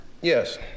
Yes